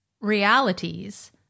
realities